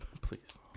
Please